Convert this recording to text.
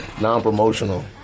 Non-promotional